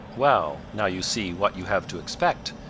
well, now you see what you have to expect,